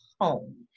home